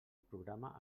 programa